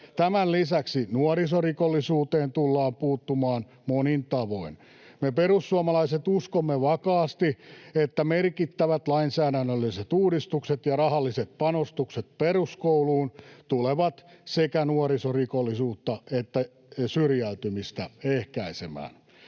Tämän lisäksi nuorisorikollisuuteen tullaan puuttumaan monin tavoin. Me perussuomalaiset uskomme vakaasti, että merkittävät lainsäädännölliset uudistukset ja rahalliset panostukset peruskouluun tulevat ehkäisemään sekä nuorisorikollisuutta että syrjäytymistä. Arvoisa